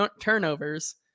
turnovers